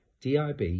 DIB